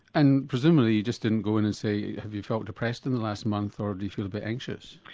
and presumably you just didn't go in and say have you felt depressed in the last month, or do you feel a bit anxious'?